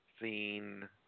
seen